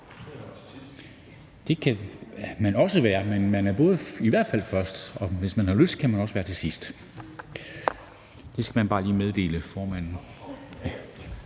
Det kan man også være, men man er i hvert fald først, og hvis man har lyst, kan man også være på til sidst. Det skal man bare lige meddele formanden.